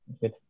good